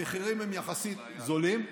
המחירים הם יחסית זולים,